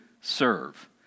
serve